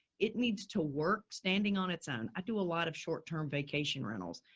it needs to work standing on its own. i do a lot of short term vacation rentals.